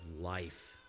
life